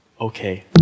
Okay